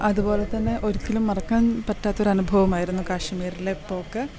അതുപോലെ തന്നെ ഒരിക്കലും മറക്കാൻ പറ്റാത്തൊരു അനുഭവമായിരുന്നു കാശ്മീരിലെ പോക്ക്